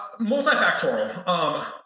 Multifactorial